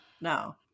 no